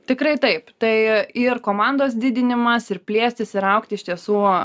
tikrai taip tai ir komandos didinimas ir plėstis ir augti iš tiesų